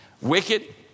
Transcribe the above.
Wicked